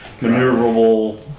maneuverable